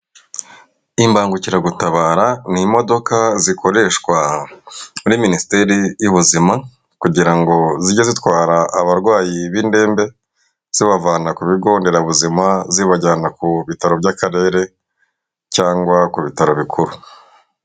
Imbangukiragutabara ni imodoka zikoreshwa muri minisiteri y'ubuzima kugira ngo zijye zitwara abarwayi b'indembe zibavana ku bigo nderabuzima zibajyana ku bitaro by'akarere cyangwa ku bitaro bikuru.